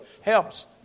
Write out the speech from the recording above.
Helps